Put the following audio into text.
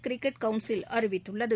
cricket council அறிவித்துள்ளது